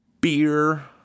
beer